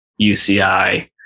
UCI